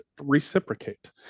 reciprocate